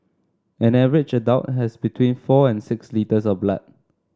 an average adult has between four and six litres of blood